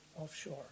offshore